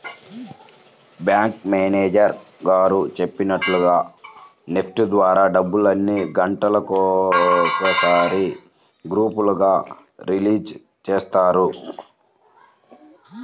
bank manager గారు చెప్పినట్లుగా NEFT ద్వారా డబ్బుల్ని గంటకొకసారి గ్రూపులుగా రిలీజ్ చేస్తారు